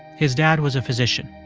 his dad was a physician.